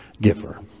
giver